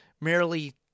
merely